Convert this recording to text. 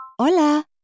Hola